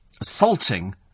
assaulting